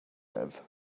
live